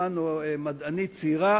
שמענו מדענית צעירה